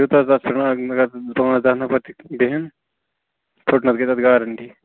یوٗتاہ تَتھ پٮ۪ٹھ اگر پانٛژھ دٔہ نفر تہِ بیٚہن فٕٹنَس گے تَتھ گارنٛٹی